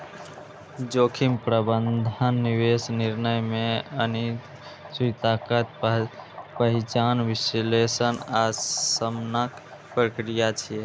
जोखिम प्रबंधन निवेश निर्णय मे अनिश्चितताक पहिचान, विश्लेषण आ शमनक प्रक्रिया छियै